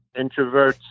introverts